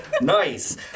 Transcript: Nice